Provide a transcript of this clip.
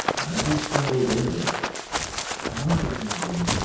a many-symboled engine my engine,